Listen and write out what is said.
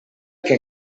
que